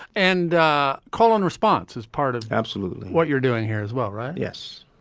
and call and response as part of. absolutely. what you're doing here as well, right? yes.